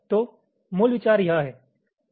तो मूल विचार यह है